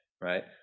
Right